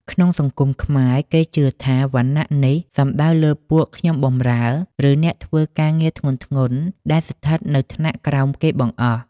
ក្នុងសង្គមខ្មែរ គេជឿថាវណ្ណៈនេះសំដៅលើពួកខ្ញុំបម្រើ ឬអ្នកធ្វើការងារធ្ងន់ៗដែលស្ថិតនៅថ្នាក់ក្រោមគេបង្អស់។